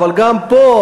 אבל גם פה,